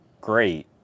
great